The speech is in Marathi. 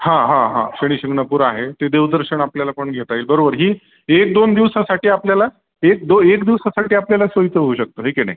हां हां हां शनिशिंगणापूर आहे ते देवदर्शन आपल्याला पण घेता येईल बरोबर ही एकदोन दिवसांसाठी आपल्याला एक दो एक दिवसांसाठी आपल्याला सोयीचं होऊ शकतं होय की नाही